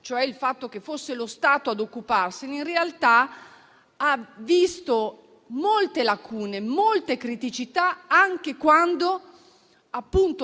cioè il fatto che fosse lo Stato a occuparsene, in realtà ha visto molte lacune e criticità anche quando